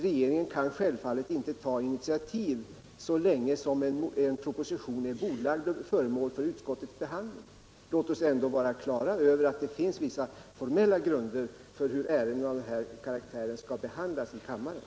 Regeringen kan självfallet inte ta något initiativ så länge en proposition är bordlagd och föremål för utskottets behandling. Låt oss ändå vara på det klara med att det finns vissa formella grunder för hur ärenden av denna karaktär skall behandlas i riksdagen.